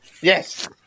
Yes